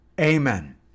Amen